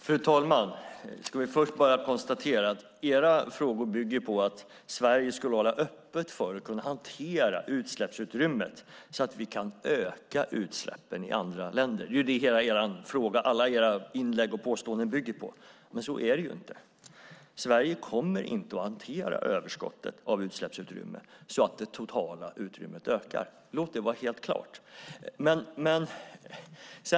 Fru talman! Jag vill först bara konstatera att era frågor bygger på att Sverige skulle hålla öppet för att kunna hantera utsläppsutrymmet så att vi kan öka utsläppen i andra länder. Det är ju det som alla era inlägg och påståenden bygger på, men så är det inte. Sverige kommer inte att hantera överskottet av utsläppsutrymme så att det totala utrymmet ökar. Låt det vara hela klart.